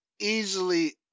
easily